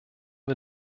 wir